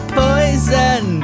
poison